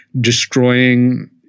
destroying